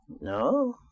No